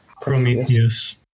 Prometheus